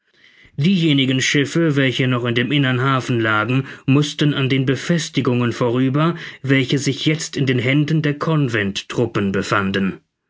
diejenigen schiffe welche noch in dem innern hafen lagen mußten an den befestigungen vorüber welche sich jetzt in den händen der conventtruppen befanden